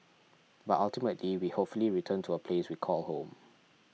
but ultimately we hopefully return to a place we call home